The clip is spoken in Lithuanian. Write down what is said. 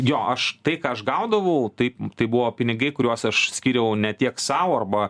jo aš tai ką aš gaudavau taip tai buvo pinigai kuriuos aš skyriau ne tiek sau arba